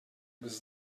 was